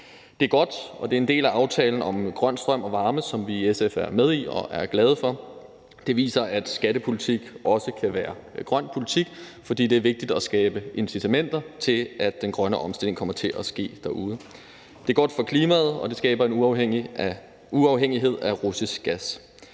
Det er godt, og det er en del af »Klimaaftale om grøn strøm og varme 2022«, som vi i SF er med i og er glade for. Det viser, at skattepolitik også kan være grøn politik, fordi det er vigtigt at skabe incitamenter til, at den grønne omstilling kommer til at ske derude. Det er godt for klimaet, og det skaber en uafhængighed af russisk gas.